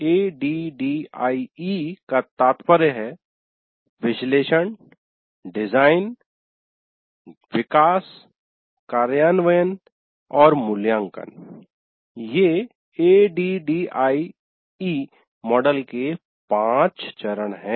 ADDIE का तात्पर्य है विश्लेषण डिजाइन विकास कार्यान्वयन और मूल्यांकन ये ADDIE मॉडल के 5 चरण हैं